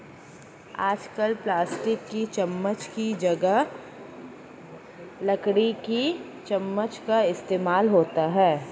आजकल प्लास्टिक की चमच्च की जगह पर लकड़ी की चमच्च का इस्तेमाल होता है